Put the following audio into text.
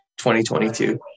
2022